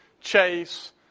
Chase